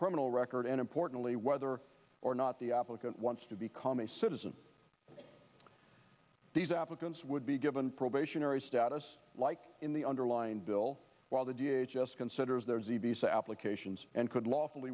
criminal record and importantly whether or not the applicant wants to become a citizen these applicants would be given probationary status like in the underlying bill while the d h s s considers there is a visa applications and could